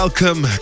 Welcome